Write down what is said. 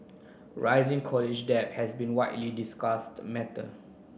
rising college debt has been widely discussed matter